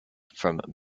from